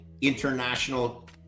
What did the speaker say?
international